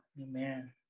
Amen